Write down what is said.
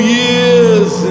years